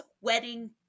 wedding